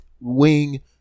wing